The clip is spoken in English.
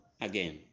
again